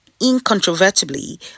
incontrovertibly